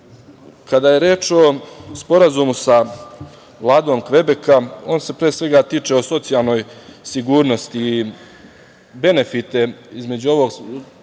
je reč o Sporazumu sa Vladom Kvebeka, on se pre svega tiče socijalne sigurnosti i benefite između ovog, kada